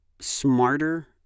smarter